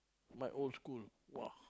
my old school !wah!